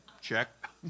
check